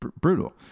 brutal